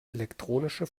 elektronische